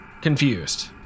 confused